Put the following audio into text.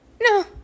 No